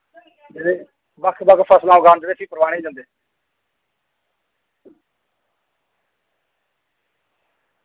जेह्ड़े बक्ख बक्ख फसलां गांदे ते उस्सी परवाने जन्दे